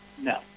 no